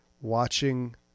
watching